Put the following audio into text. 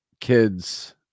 kids